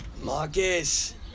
Marcus